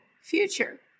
future